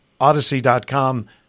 odyssey.com